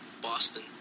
Boston